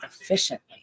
efficiently